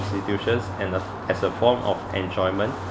prostitutions and as a form of enjoyment